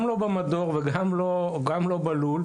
גם לא במדור וגם לא בלול,